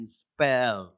spell